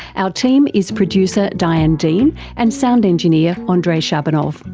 our team is producer diane dean and sound engineer ah andrei shabunov.